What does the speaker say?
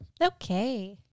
okay